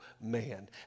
man